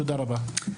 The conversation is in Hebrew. תודה רבה.